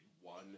one